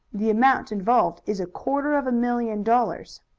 the amount involved is quarter of a million dollars.